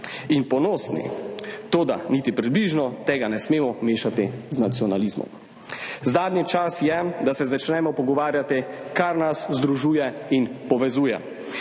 in ponosni, toda niti približno tega ne smemo mešati z nacionalizmom. Zadnji čas je, da se začnemo pogovarjati, kaj nas združuje in povezuje,